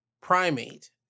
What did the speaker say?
Primate